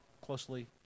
closely